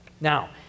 Now